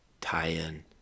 tie-in